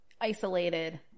isolated